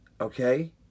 okay